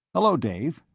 hello, dave.